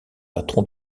patron